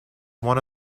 one